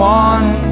one